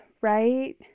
right